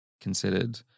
considered